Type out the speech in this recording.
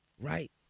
right